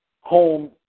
home